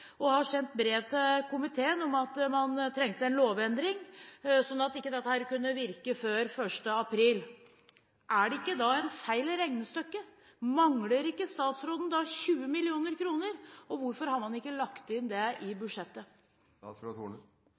og har sendt brev til komiteen om at man trenger en lovendring, sånn at dette ikke skal virke før 1. april. Er det ikke da en feil i regnestykket – mangler ikke statsråden 20 mill. kr? Og hvorfor har man ikke lagt det inn i budsjettet?